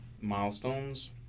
milestones